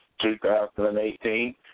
2018